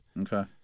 Okay